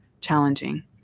challenging